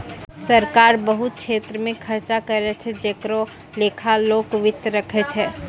सरकार बहुत छेत्र मे खर्चा करै छै जेकरो लेखा लोक वित्त राखै छै